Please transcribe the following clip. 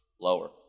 lower